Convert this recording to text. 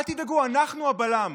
אל תדאגו, אנחנו הבלם,